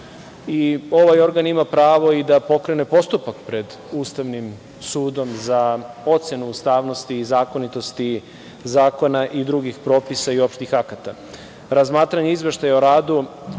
Ovaj organ ima pravo i da pokrene postupak pred Ustavnim sudom za ocenu ustavnosti i zakonitosti zakona i drugih propisa i opštih akata. Razmatranje izveštaja o radu